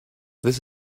this